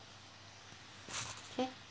okay